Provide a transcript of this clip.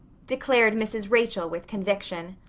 declared mrs. rachel with conviction.